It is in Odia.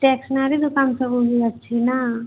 ଷ୍ଟେସ୍ନାରୀ ଦୋକାନ ସବୁ ହିଁ ଅଛି ନା